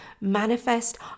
manifest